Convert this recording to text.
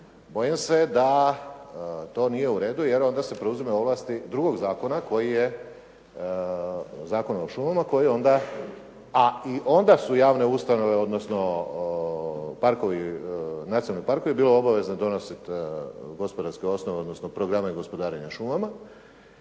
bojim se da to nije u redu, jer onda se preuzimaju ovlasti drugog zakona koji je Zakon o šumama koji onda, a i onda su javne ustanove, odnosno nacionalni parkovi bili obavezni donositi gospodarske osnove, odnosno programe gospodarenja šumama,